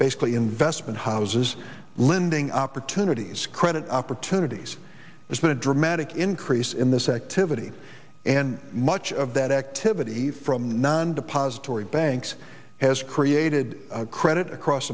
basically investment houses lending opportunities credit opportunities there's been a dramatic increase in this activity and much of that activity from non depository banks has created credit across